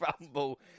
Rumble